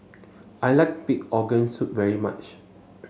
I like Pig Organ Soup very much